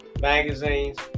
magazines